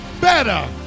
better